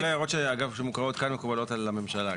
כל ההערות, אגב, שמוקראות כאן מקובלות על הממשלה.